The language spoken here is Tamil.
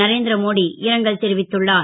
நரேந் ரமோடி இரங்கல் தெரிவித்துள்ளார்